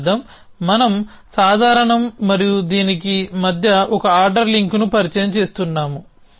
దీని అర్థం మనం సాధారణం మరియు దీనికి మధ్య ఒక ఆర్డర్ లింక్ను పరిచయం చేస్తున్నాము